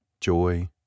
joy